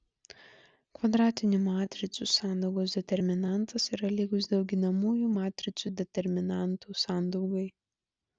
kvadratinių matricų sandaugos determinantas yra lygus dauginamųjų matricų determinantų sandaugai